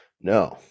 No